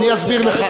אני אסביר לך.